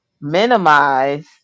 minimize